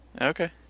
Okay